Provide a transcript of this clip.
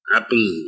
Apple